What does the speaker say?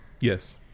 Yes